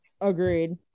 Agreed